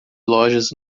lojas